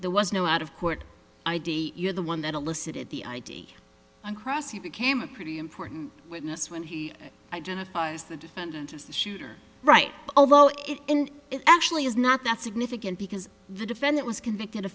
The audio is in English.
there was no out of court id you're the one that elicited the id on cross he became a pretty important witness when he identifies the defendant as the shooter right although it and it actually is not that significant because the defendant was convicted